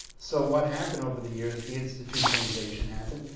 so, what happened over the years, the institutionalization happened.